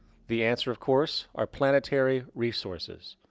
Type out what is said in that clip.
the answer, of course, are planetary resources.